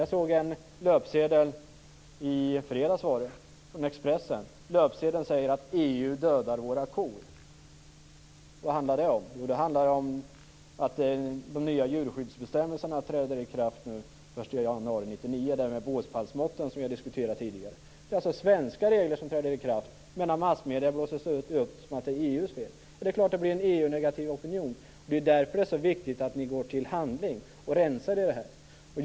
Jag såg i fredags en löpsedel från Expressen som sade: EU dödar våra kor. Vad handlade det om? Jo, det handlade om de nya djurskyddsbestämmelser som träder i kraft den 1 januari 1999, närmare bestämt båsplatsmåtten, som vi har diskuterat tidigare. Det är alltså svenska regler som träder i kraft, men i massmedierna blåses det upp som att det är EU:s fel. Det är klart att det blir en EU-negativ opinion. Det är därför det är så viktigt att ni går till handling och rensar i det här.